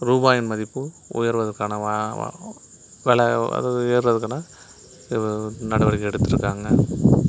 ரூபாயின் மதிப்பு உயர்வதற்கான விலை அதாவது உயர்வதுக்கான நடவடிக்கை எடுத்திருக்காங்க